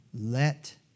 Let